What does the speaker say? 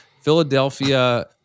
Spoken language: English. Philadelphia